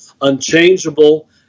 unchangeable